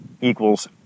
equals